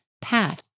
path